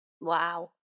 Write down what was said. wow